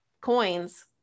coins